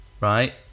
right